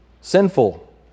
Sinful